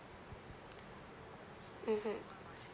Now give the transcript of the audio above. mmhmm